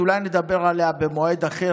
שאולי נדבר עליה במועד אחר,